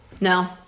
No